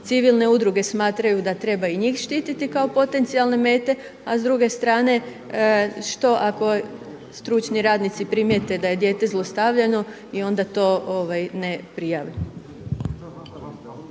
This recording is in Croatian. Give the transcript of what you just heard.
Civilne udruge smatraju da treba i njih štititi kao potencijalne mete, a s druge strane što ako stručni radnici primijete da je dijete zlostavljano i onda to ne prijave.